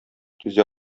түзә